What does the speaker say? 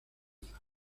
alza